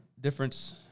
difference